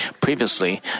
Previously